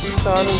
sun